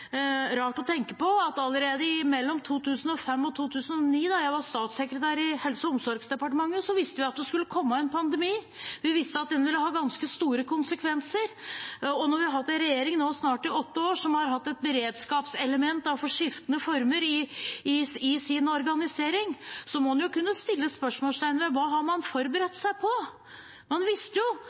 rart å tenke på at vi allerede mellom 2005 og 2009, da jeg var statssekretær i Helse- og omsorgsdepartementet, visste at det skulle komme en pandemi. Og vi visste at den ville ha ganske store konsekvenser. Når vi nå i snart åtte år har hatt en regjering som har hatt et beredskapselement i skiftende former i sin organisering, må en jo kunne stille spørsmål ved hva en har forberedt seg på. Man visste jo